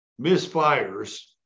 misfires